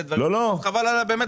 חבל על הזמן.